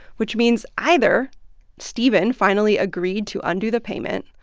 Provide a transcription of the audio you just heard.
which means either stephen finally agreed to undo the payment,